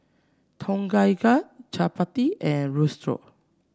Tom Kha Gai Chapati and Risotto